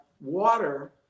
water